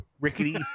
rickety